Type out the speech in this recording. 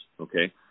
okay